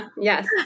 Yes